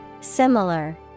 Similar